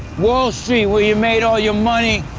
wall street where you made all your money,